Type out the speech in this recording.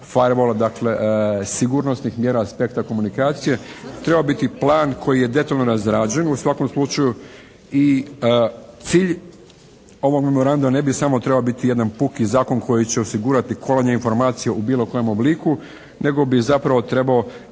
firewall, dakle sigurnosnih mjera s aspekta komunikacije treba biti plan koji je detaljno razrađen u svakom slučaju. I cilj ovog memoranduma ne bi samo trebao biti jedan puki zakon koji će osigurati kolanje informacija u bilo kojem obliku nego bi zapravo trebao